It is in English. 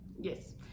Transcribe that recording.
Yes